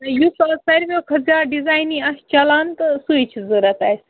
یُس اَز ساروِیو کھۄتہٕ زیادٕ ڈِزاینٕے آسہِ چَلان تہٕ سُے چھُ ضروٗرت اَسہِ